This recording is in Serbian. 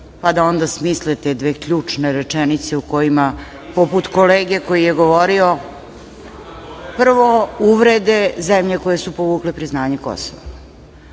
pa da onda smisle te dve ključne rečenice u kojima poput kolege koji je govorio prvo uvrede za one koji su povukle priznanje